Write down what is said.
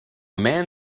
man